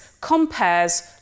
compares